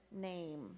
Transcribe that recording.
name